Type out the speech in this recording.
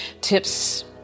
tips